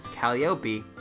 Calliope